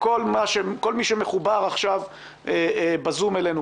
כל מי שמחובר עכשיו בזום אלינו,